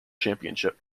championship